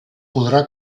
podrà